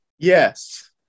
Yes